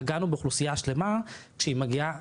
פגענו באוכלוסייה שלמה כשהיא מגיעה